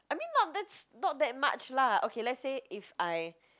I mean not that's not that much lah okay lets say if I